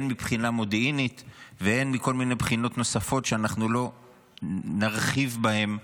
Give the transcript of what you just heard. הן מבחינה מודיעינית והן מכל מיני בחינות נוספות שלא נרחיב בהן כרגע.